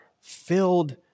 filled